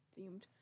themed